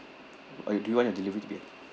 okay do you want your delivery to be at